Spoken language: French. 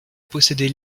posséder